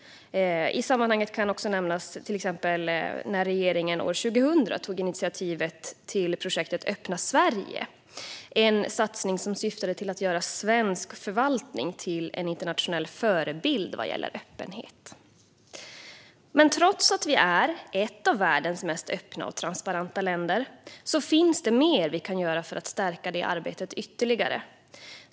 I sammanhanget kan nämnas när regeringen år 2000 tog initiativ till projektet Öppna Sverige. Det var en satsning som syftade till att göra svensk förvaltning till en internationell förebild vad gäller öppenhet. Trots att vi är ett av världens mest öppna och transparenta länder finns det mer vi kan göra för att stärka det arbetet ytterligare.